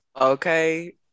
Okay